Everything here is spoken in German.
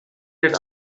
den